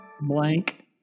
blank